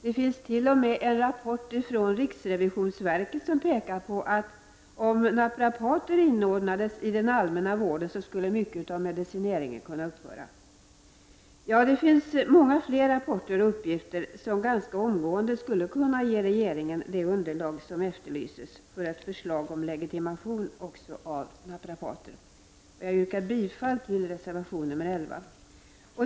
Det finns t.o.m. en rapport från riksrevisionsverket som pekar på att om naprapater inordnades i den allmänna vården, skulle medicineringen kunna minska betydligt. Ja, det finns många fler rapporter och uppgifter som omgående skulle kunna ge re geringen det underlag som efterlyses för ett förslag om legitimation också av naprapater. Jag yrkar bifall till reservation 11.